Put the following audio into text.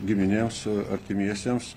giminėms artimiesiems